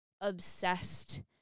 obsessed